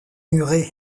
murée